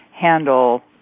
handle